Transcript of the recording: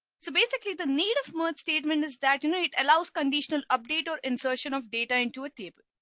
so basically the need of merge statement is that you know, it allows conditional update or insertion of data into a table.